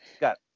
got